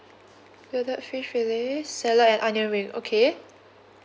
breaded fish fillet salad and onion ring okay